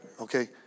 Okay